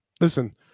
listen